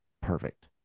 Perfect